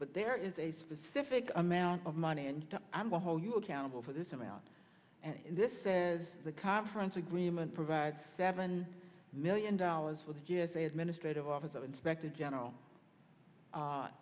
but there is a specific amount of money and i'm will hold you accountable for this amount and this says the conference agreement provides seven million dollars for the g s a administrative office of inspector general